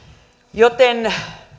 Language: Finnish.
joten